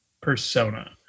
persona